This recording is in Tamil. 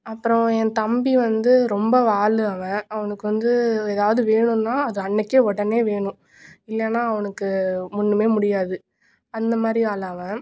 அப்புறோம் என் தம்பி வந்து ரொம்ப வால் அவன் அவுனுக்கு வந்து ஏதாவுது வேணும்னா அது அன்றைக்கே உடனே வேணும் இல்லைன்னா அவனுக்கு ஒன்றுமே முடியாது அந்த மாதிரி ஆள் அவன்